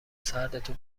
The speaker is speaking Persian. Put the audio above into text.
سردتو